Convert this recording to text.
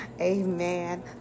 amen